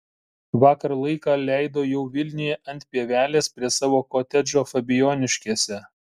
vakar laiką leido jau vilniuje ant pievelės prie savo kotedžo fabijoniškėse